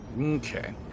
Okay